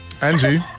Angie